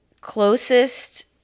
closest